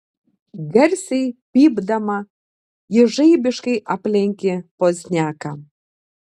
garsiai pypdama ji žaibiškai aplenkė pozniaką